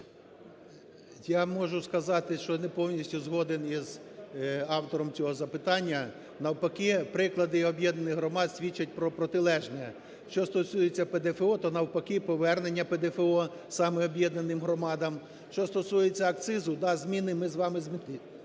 Я можу сказати, що не повністю згоден із автором цього запитання. Навпаки, приклади об'єднаних громад свідчать про протилежне. Що стосується ПДФО, то навпаки, повернення ПДФО саме об'єднаним громадам, що стосується акцизу, да, зміни… Ми з вами змінили